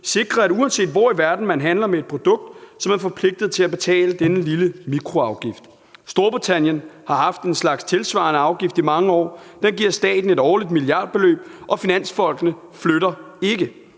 sikrer, at uanset hvor i verden man handler med et produkt, er man forpligtet til at betale denne mikroafgift. Storbritannien har haft en slags tilsvarende afgift i mange år, der giver staten et årligt milliardbeløb, og finansfolkene flytter ikke